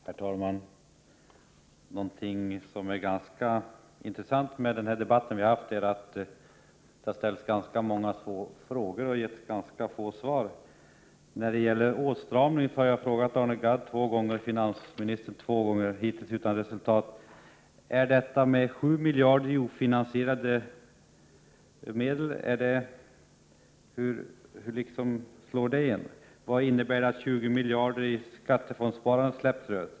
Herr talman! Något som är ganska intressant med den här debatten är att det har ställts ganska många frågor och getts ganska få svar. Beträffande åtstramningen har jag frågat Arne Gadd två gånger och finansministern två gånger och hittills utan resultat: Hur slår egentligen detta med 7 miljarder i ofinansierade medel? Vad innebär det att 20 miljarder i skattefondsparande släpps?